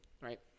right